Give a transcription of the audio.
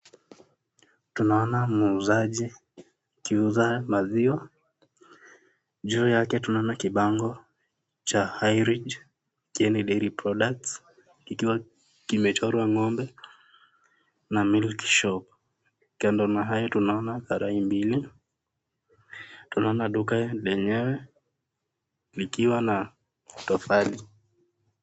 Tunaona muuzaji akiuza maziwa . Juu yake tunaona kibango cha ( high rich clean milk products) likiwa kimechorwa ng'ombe na ( milk show ) tunaona karai mbili . Tunaona duka lenyewe , likiwa na matofali.